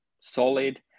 solid